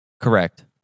Correct